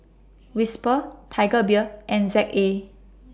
Whisper Tiger Beer and Z A